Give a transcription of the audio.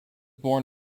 born